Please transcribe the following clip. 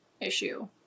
issue